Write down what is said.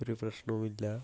ഒരു പ്രശ്നവും ഇല്ല